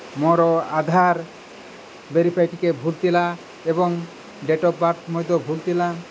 ମୋର ଆଧାର ଭେରିଫାଏ ଟିକିଏ ଭୁଲ୍ ଥିଲା ଏବଂ ଡେଟ୍ ଅଫ୍ ବାର୍ଥ୍ ମଧ୍ୟ ଭୁଲ୍ ଥିଲା